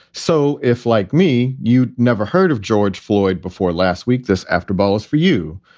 so if, like me, you'd never heard of george floyd before last week. this after but was for you.